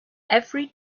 every